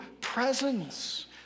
presence